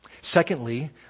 Secondly